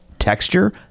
Texture